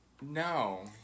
No